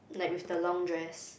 like with the long dress